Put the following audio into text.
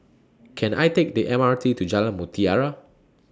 Can I Take The M R T to Jalan Mutiyara